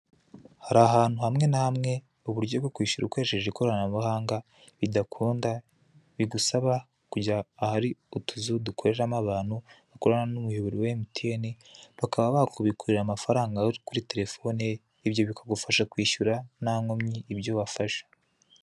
Hari ahantu hamwe na hamwe uburyo bwo kwishyura ukoresheje ikoranabuhanga bidakunda bigusaba kujya ahari utuzu dukoreramo abantu bakorana n'umuyobora wa MTN, bakaba bakubikurira amafaranga ari kuri telefoni, ibyo bikagufasha kwishyura nta nkomyi ibyo wafashe.